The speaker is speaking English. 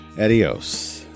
adios